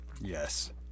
Yes